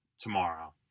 tomorrow